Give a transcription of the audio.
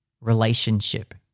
relationship